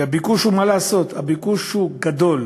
והביקוש הוא, מה לעשות, גדול.